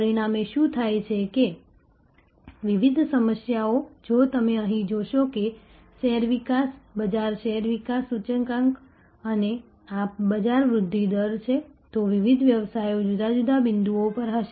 પરિણામે શું થાય છે કે વિવિધ વ્યવસાયો જો તમે અહીં જોશો કે શેર વિકાસ બજાર શેર વિકાસ સૂચકાંક અને આ બજાર વૃદ્ધિ દર છે તો વિવિધ વ્યવસાયો જુદા જુદા બિંદુઓ પર હશે